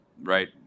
right